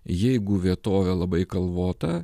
jeigu vietovė labai kalvota